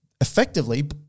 effectively